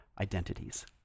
identities